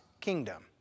kingdom